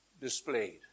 displayed